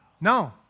No